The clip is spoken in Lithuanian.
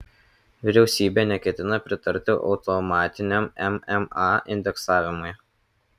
vyriausybė neketina pritarti automatiniam mma indeksavimui